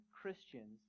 Christians